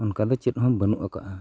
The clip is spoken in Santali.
ᱚᱱᱠᱟ ᱫᱚ ᱪᱮᱫ ᱦᱚᱸ ᱵᱟᱹᱱᱩᱜ ᱟᱠᱟᱫᱟ